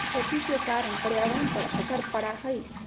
खेती के कारण पर्यावरण पर असर पड़ा हई